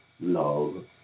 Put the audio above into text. love